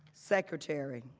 secretary.